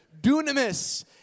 Dunamis